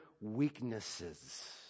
weaknesses